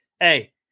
hey